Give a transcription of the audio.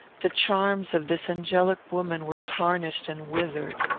the charms of this angelic woman were tarnished and withered.